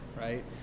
right